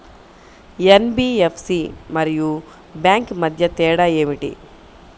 NBFC మరియు bank మధ్య తేడా ఏమిటి?